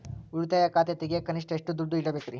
ಉಳಿತಾಯ ಖಾತೆ ತೆಗಿಯಾಕ ಕನಿಷ್ಟ ಎಷ್ಟು ದುಡ್ಡು ಇಡಬೇಕ್ರಿ?